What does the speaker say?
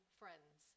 friends